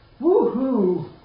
woohoo